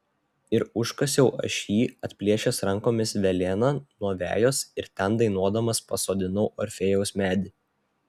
ir užkasiau aš jį atplėšęs rankomis velėną nuo vejos ir ten dainuodamas pasodinau orfėjaus medį